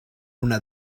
una